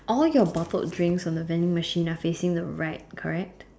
all your bottled drinks on the vending machine are facing the right correct